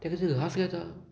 तेका तें घास घेता